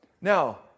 Now